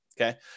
Okay